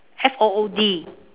F O O D